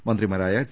മന്ത്രിമാരായ ടി